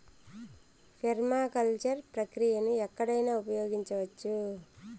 permaculture ప్రక్రియను ఎక్కడైనా ఉపయోగించవచ్చు